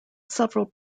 several